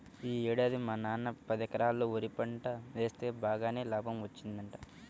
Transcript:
యీ ఏడాది మా నాన్న పదెకరాల్లో వరి పంట వేస్తె బాగానే లాభం వచ్చిందంట